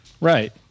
Right